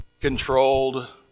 controlled